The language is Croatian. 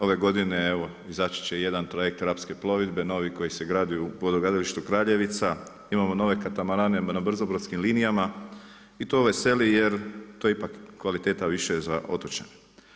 Ove godine izaći će jedna trajekt Rapske plovidbe, novi koji se gradi u brodogradilištu Kraljevica, imamo nove katamarane na brzo brodskim linijama i to me veseli jer to je ipak kvaliteta više za otočane.